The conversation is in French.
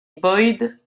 boyd